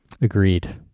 Agreed